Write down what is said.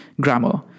grammar